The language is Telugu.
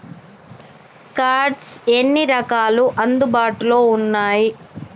కార్డ్స్ ఎన్ని రకాలు అందుబాటులో ఉన్నయి?